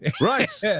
Right